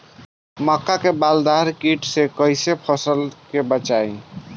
मक्का में बालदार कीट से कईसे फसल के बचाई?